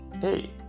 hey